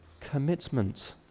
commitment